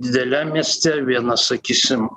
dideliam mieste vieną sakysim